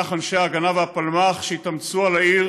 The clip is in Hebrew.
וכך אנשי ההגנה והפלמ"ח, שהתאמצו על העיר